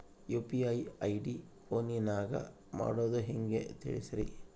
UPI ID ಫೋನಿನಾಗ ಮಾಡೋದು ಹೆಂಗ ತಿಳಿಸ್ರಿ?